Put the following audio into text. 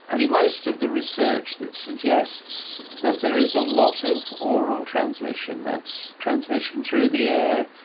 i mean most of the research that suggests that there is a lot of oral transmission that's transmission through the air,